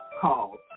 Call